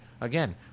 again